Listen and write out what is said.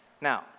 Now